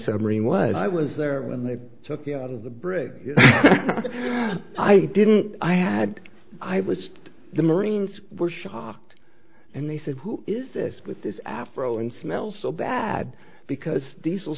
of marine was i was there when they took me out of the brig i didn't i had i was the marines were shocked and they said who is this with this afro and smell so bad because diesel